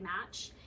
match